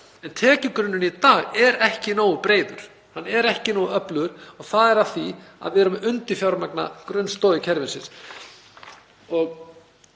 Tekjugrunninn í dag er ekki nógu breiður. Hann er ekki nógu öflugur og það er af því að við erum að undirfjármagna grunnstoðir kerfisins,